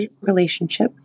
relationship